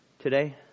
today